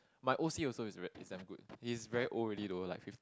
my O_C also is very is damn good he's very old already though like fif~